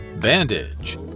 Bandage